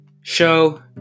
show